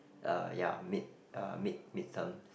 uh ya mid uh mid mid terms